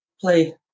play